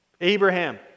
Abraham